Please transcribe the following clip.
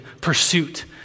pursuit